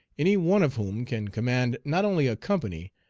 any one of whom can command not only a company,